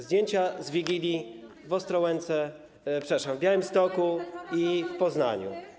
zdjęcia z Wigilii w Ostrołęce, przepraszam, w Białymstoku i w Poznaniu.